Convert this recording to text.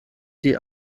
die